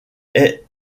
est